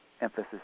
emphasis